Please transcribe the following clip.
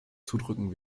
zudrücken